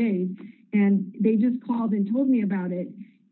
days and they just called and told me about it